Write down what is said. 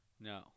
no